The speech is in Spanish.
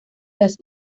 las